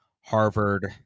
Harvard